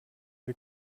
wie